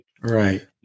right